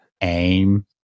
aim